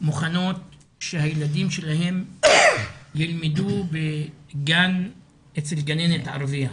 מוכנות שהילדים שלהם ילמדו בגן אצל גננת ערביה.